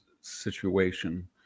situation